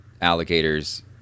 alligators